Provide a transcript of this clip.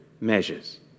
measures